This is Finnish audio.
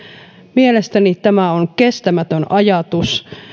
mielestäni tämä on kestämätön ajatus